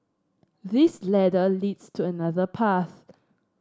this ladder leads to another path